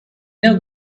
know